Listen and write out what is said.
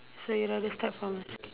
so you rather start from